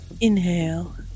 Inhale